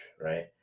right